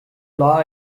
law